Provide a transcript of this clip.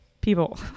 people